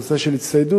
נושא של הצטיידות,